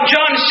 John